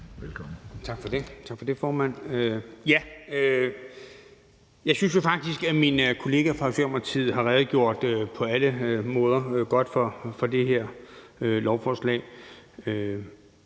Tak for det, formand. Jeg synes jo faktisk, at min kollega fra Socialdemokratiet på alle måder har redegjort godt for det her lovforslag.